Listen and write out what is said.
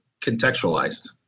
contextualized